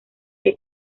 que